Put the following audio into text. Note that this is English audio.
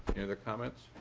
other comments?